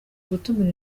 gutumira